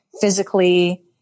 physically